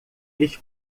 eles